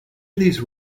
these